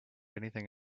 anything